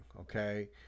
okay